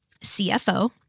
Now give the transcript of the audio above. CFO